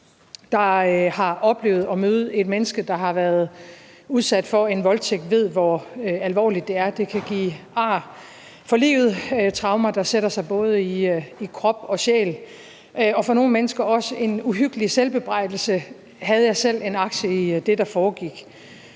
der har oplevet at møde et menneske, der har været udsat for en voldtægt, ved, hvor alvorligt det er. Det kan give ar for livet, traumer, der sætter sig både i krop og sjæl, og for nogle mennesker også en uhyggelig selvbebrejdelse: Havde jeg selv en aktie i det, der foregik?